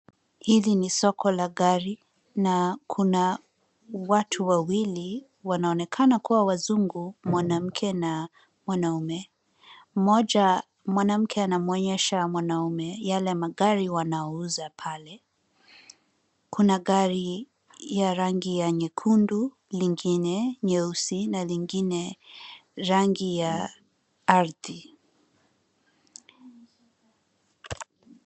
Hili ni soko la gari na kuna watu wawili wanaonekana kuwa wazungu mwanamke na mwanamume. Mmoja, mwanamke anamuonyesha mwanamume yale magari wanauza pale. Kuna gari ya rangi ya nyekundu, lingine nyeusi na lingine rangi ya ardhi.